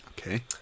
Okay